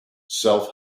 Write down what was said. self